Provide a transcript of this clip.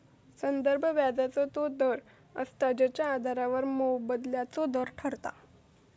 संदर्भ व्याजाचो तो दर असता जेच्या आधारावर मोबदल्याचो दर ठरता